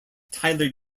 tyler